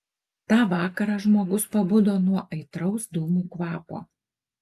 tą vakarą žmogus pabudo nuo aitraus dūmų kvapo